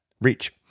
reach